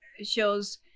shows